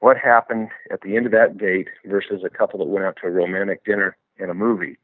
what happened at the end of that date versus a couple that went out to a romantic dinner and a movie.